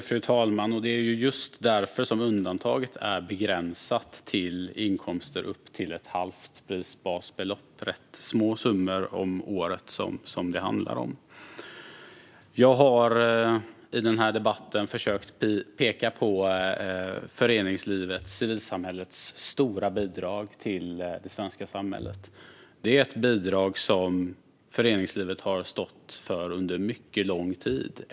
Fru talman! Det är just därför som undantaget är begränsat till inkomster upp till ett halvt prisbasbelopp. Det är rätt små summor om året som det handlar om. Jag har i den här debatten försökt peka på föreningslivets och civilsamhällets stora bidrag till det svenska samhället. Det är ett bidrag som föreningslivet har stått för under mycket lång tid.